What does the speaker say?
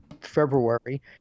February